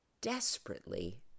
desperately